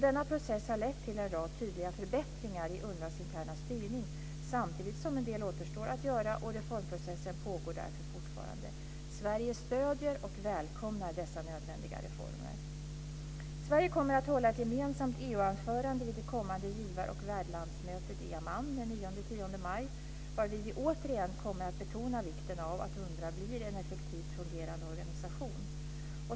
Denna process har lett till en rad tydliga förbättringar i UNRWA:s interna styrning samtidigt som en del återstår att göra, och reformprocessen pågår därför fortfarande. Sverige stöder och välkomnar dessa nödvändiga reformer. Sverige kommer att hålla ett gemensamt EU anförande vid det kommande givar och värdlandsmötet i Amman den 9-10 maj varvid vi återigen kommer att betona vikten av att UNRWA blir en effektivt fungerande organisation.